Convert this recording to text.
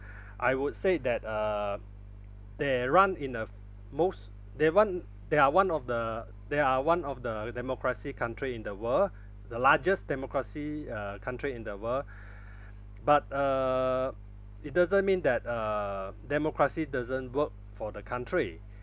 I would say that uh they run in a f~ most they one they are one of the they are one of the democracy country in the world the largest democracy uh country in the world but uh it doesn't mean that uh democracy doesn't work for the country